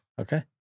Okay